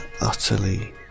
utterly